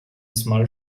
small